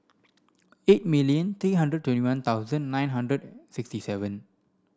eight million three hundred twenty one thousand nine hundred sixty seven